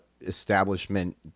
establishment